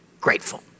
grateful